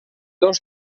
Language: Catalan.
dos